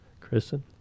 Kristen